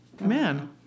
Man